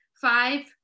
Five